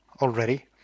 already